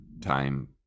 time